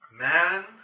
man